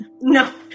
No